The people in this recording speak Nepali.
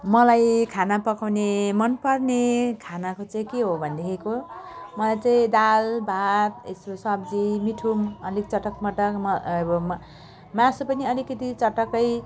मलाई खाना पकाउने मनपर्ने खानाको चाहिँ के हो भनेदेखिको मलाई चाहिँ दाल भात यस्तो सब्जी मिठो अलिक चटकमटकमा अब मा मासु पनि अलिकति चटकै